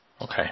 Okay